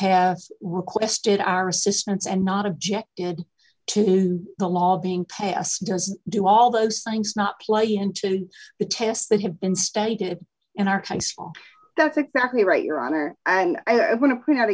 have requested our assistance and not objected to the law being passed does do all those things not play into the tests that have been stated in our high school that's exactly right your honor and i want to point out